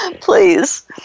Please